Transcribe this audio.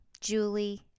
Julie